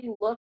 look